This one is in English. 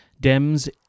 Dems